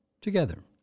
Together